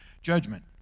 judgment